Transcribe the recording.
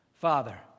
Father